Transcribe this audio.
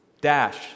Dash